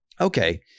okay